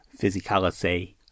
physicality